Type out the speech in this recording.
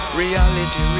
reality